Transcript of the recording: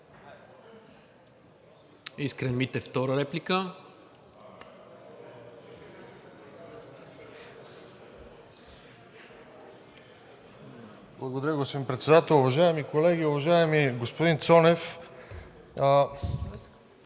Искрен Митев за втора реплика.